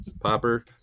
Popper